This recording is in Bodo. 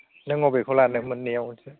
नों अबेखौ लानो मोननैयाव